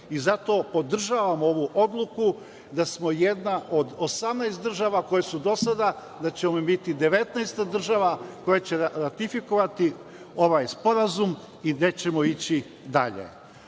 i zato podržavam ovu odluku da smo jedna od 18 država koje su do sada, da ćemo im biti 19. država koja će ratifikovati ovaj sporazum i gde ćemo ići dalje.